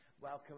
Welcome